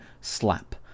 SLAP